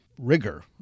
rigor